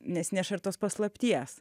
nesineša ir tos paslapties